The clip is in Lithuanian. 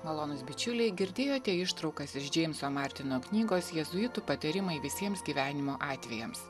malonūs bičiuliai girdėjote ištraukas iš džeimso martino knygos jėzuitų patarimai visiems gyvenimo atvejams